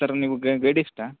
sir ನೀವು ಗೈಡಿಸ್ಟಾ